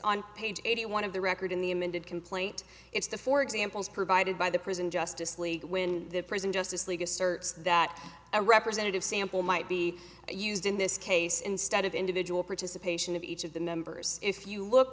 page eighty one of the record in the amended complaint it's the four examples provided by the prison justice league when the present justice league asserts that a representative sample might be used in this case instead of individual participation of each of the members if you look